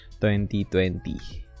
2020